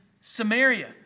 Samaria